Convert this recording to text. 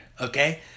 Okay